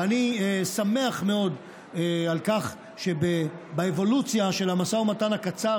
ואני שמח מאוד על כך שבאבולוציה של המשא ומתן הקצר